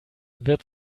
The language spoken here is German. wird